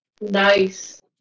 Nice